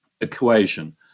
equation